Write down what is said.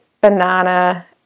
banana